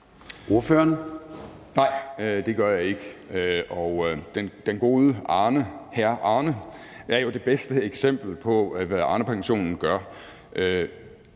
Olesen (LA): Nej, det gør jeg ikke, og den gode hr. Arne er jo det bedste eksempel på, hvad Arnepensionen gør.